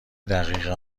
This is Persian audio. دقیق